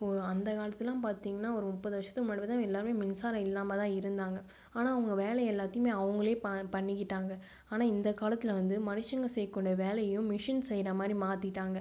அந்த காலத்துலலாம் பார்த்தீங்கனா ஒரு முப்பது வருஷத்துக்கு முன்னாடி வந்து எல்லாரும் மின்சாரம் இல்லாமல் தான் இருந்தாங்க ஆனால் அவங்க வேலை எல்லாத்தையுமே அவங்களே ப பண்ணிக்கிட்டாங்க ஆனால் இந்த காலத்தில் வந்து மனுஷங்க செய்யக்கூடிய வேலையையும் மிஷின் செய்யற மாதிரி மாற்றிட்டாங்க